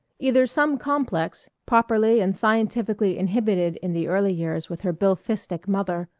either some complex, properly and scientifically inhibited in the early years with her bilphistic mother,